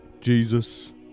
Jesus